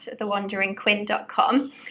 thewanderingquinn.com